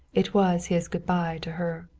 it was his good-by to her.